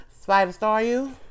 Spider-Star-You